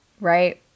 right